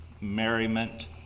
merriment